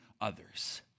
others